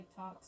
TikToks